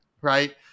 Right